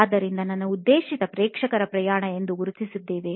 ಆದ್ದರಿಂದ ನನ್ನ ಉದ್ದೇಶಿತ ಪ್ರೇಕ್ಷಕರ ಪ್ರಯಾಣ ಎಂದು ನಾವು ಗುರುತಿಸಿದ್ದೇವೆ